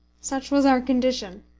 such was our condition.